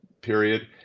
period